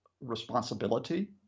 responsibility